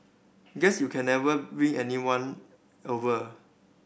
guess you can never win everyone over